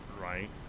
right